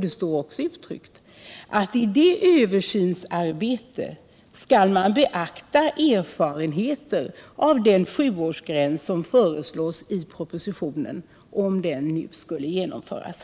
Det står också uttryckt att i det översynsarbetet skall man beakta erfarenheter av den sjuårsgräns som föreslås i propositionen, om den nu kommer att bifallas.